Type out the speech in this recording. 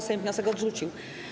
Sejm wniosek odrzucił.